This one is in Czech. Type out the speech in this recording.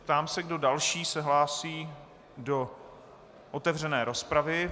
Ptám se, kdo další se hlásí do otevřené rozpravy.